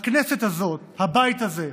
הכנסת הזאת, הבית הזה,